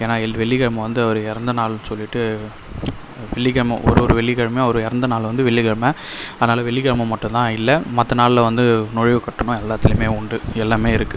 ஏன்னா எள் வெள்ளிகிழம வந்து அவர் இறந்த நாள்ன்னு சொல்லிவிட்டு வெள்ளிக் கிழம ஒரு ஒரு வெள்ளிக் கிழமையும் அவர் இறந்த நாள் வந்து வெள்ளிக் கிழம அதனால் வெள்ளிக் கிழம மட்டும் தான் இல்லை மற்ற நாளில் வந்து நுழைவு கட்டணம் எல்லாத்துலயுமே உண்டு எல்லாமே இருக்கு